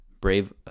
Brave